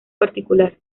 particular